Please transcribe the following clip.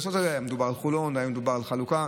היה מדובר על חולון, היה מדובר על חלוקה,